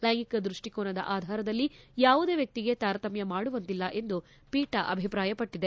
ಲೈಂಗಿಕ ದೃಷ್ಟಿಕೋನದ ಆಧಾರದಲ್ಲಿ ಯಾವುದೇ ವ್ಯಕ್ತಿಗೆ ತಾರತಮ್ಯ ಮಾಡುವಂತಿಲ್ಲ ಎಂದು ಪೀಠ ಅಭಿಪ್ರಾಯಪಟ್ಟದೆ